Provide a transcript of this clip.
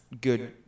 good